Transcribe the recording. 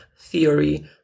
theory